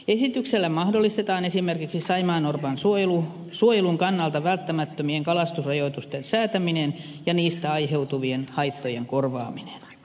esityksellä mahdollistetaan esimerkiksi saimaannorpan suojelun kannalta välttämättömien kalastusrajoitusten säätäminen ja niistä aiheutuvien haittojen korvaaminen